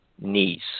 niece